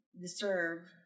deserve